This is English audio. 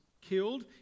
killed